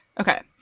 Okay